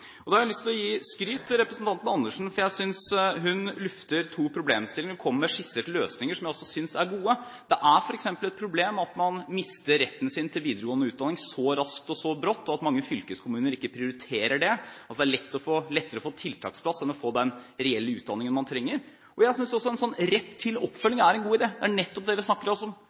har lyst til å gi skryt til representanten Karin Andersen. Hun lufter to problemstillinger, og hun kommer med skisser til løsninger, som jeg også synes er gode. Det er f.eks. et problem at man mister retten til videre utdanning så raskt og så brått, og at mange fylkeskommuner ikke prioriterer dette – det er lettere å få tiltaksplass enn å få den reelle utdanningen man trenger. Jeg synes også en slik «rett til oppfølging» er en god idé. Det er nettopp det vi snakker om, altså